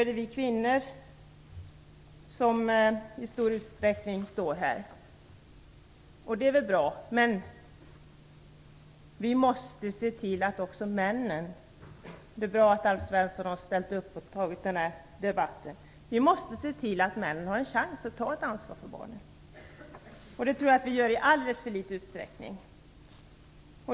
Då är det i stor utsträckning vi kvinnor som står här, och det är väl bra. Det är bra att Alf Svensson har ställt upp och tagit denna debatt. Men vi måste se till att också männen har en chans att ta ett ansvar för barnen. Det tror jag att vi gör i alldeles för liten utsträckning.